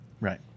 right